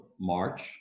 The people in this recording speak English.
march